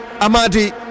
Amadi